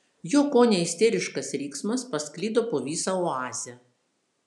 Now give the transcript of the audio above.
jo kone isteriškas riksmas pasklido po visą oazę